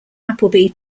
appleby